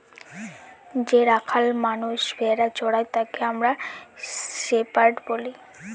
যে রাখাল মানষ ভেড়া চোরাই তাকে আমরা শেপার্ড বলি